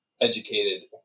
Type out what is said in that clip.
educated